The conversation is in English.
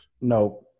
No